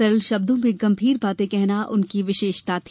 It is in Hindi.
सरल शब्दों में गंभीर बातें कहना उनकी विशेषता थी